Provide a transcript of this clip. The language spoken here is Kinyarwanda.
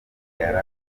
arwana